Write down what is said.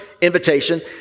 invitation